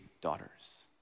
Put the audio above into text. daughters